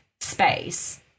space